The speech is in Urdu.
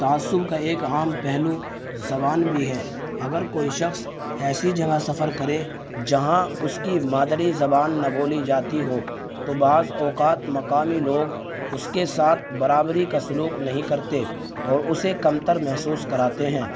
تعصب کا ایک عام پہلو زبان بھی ہے اگر کوئی شخص ایسی جگہ سفر کرے جہاں اس کی مادری زبان نہ بولی جاتی ہو تو بعض اوقات مقامی لوگ اس کے ساتھ برابری کا سلوک نہیں کرتے اور اسے کمتر محسوس کراتے ہیں